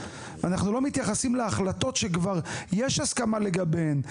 אנחנו לא מתייחסים להחלטות שכבר יש הסכמה לגביהן,